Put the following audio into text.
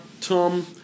Tom